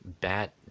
bat